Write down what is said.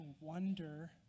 wonder